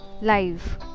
live